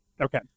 Okay